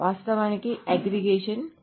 వాస్తవానికి అగ్రిగేషన్ క్రొత్తది